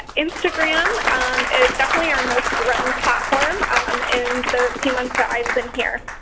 instagram is definitely our most grown platform um in the few months that i've been here.